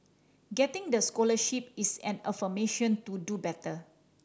getting the scholarship is an affirmation to do better